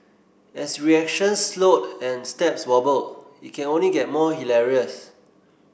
as reactions slowed and steps wobble it can only get more hilarious